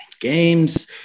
games